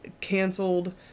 canceled